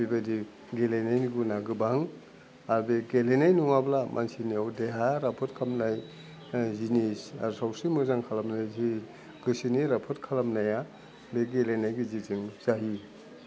बेबादि गेलेनायनि गुना गोबां बे गेलेनाय नङाब्ला मानसिनियाव देहा राफोद खामनाय जिनिस आर सबसे मोजां खालामनाय जि गोसोनि राफोद खालामनाया बे गेलेनाय गेजेरजों जायो